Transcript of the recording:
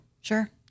sure